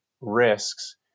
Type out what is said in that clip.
risks